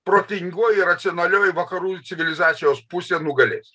protingoji racionalioji vakarų civilizacijos pusė nugalės